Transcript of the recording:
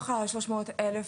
ה-300,000,